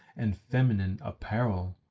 and feminine apparel.